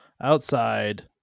outside